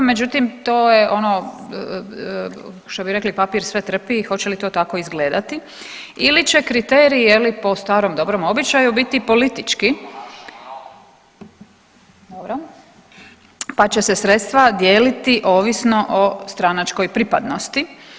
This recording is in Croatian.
Međutim, to je ono što bi rekli papir sve trpi i hoće li to tako izgledati ili će kriteriji je li po starom dobrom običaju biti politički, pa će se sredstva dijeliti ovisno o stranačkoj pripadnosti.